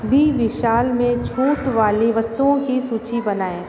B विशाल में छूट वाली वस्तुओं की सूची बनाएँ